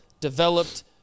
developed